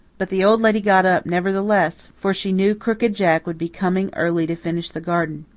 but the old lady got up nevertheless, for she knew crooked jack would be coming early to finish the garden.